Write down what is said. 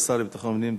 השר לביטחון פנים,